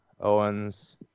Owens